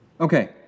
Okay